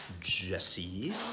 Jesse